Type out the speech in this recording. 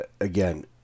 again